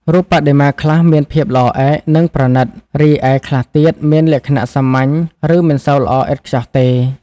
រូបបដិមា ខ្លះមានភាពល្អឯក និងប្រណិត រីឯខ្លះទៀតមានលក្ខណៈសាមញ្ញ ឬមិនសូវល្អឥតខ្ចោះទេ។